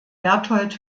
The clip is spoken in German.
berthold